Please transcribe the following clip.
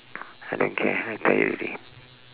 I don't care I tired already